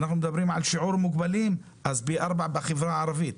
אם אנחנו מדברים על שיעור מוגבלים פי ארבעה בחברה הערבית.